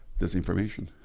disinformation